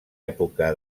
època